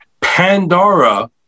Pandora